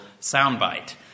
soundbite